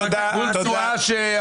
אורית, אורית, תני לי, בבקשה.